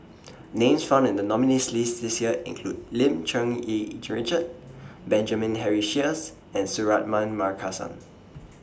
Names found in The nominees' list This Year include Lim Cherng Yih Richard Benjamin Henry Sheares and Suratman Markasan